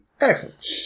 Excellent